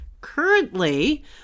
currently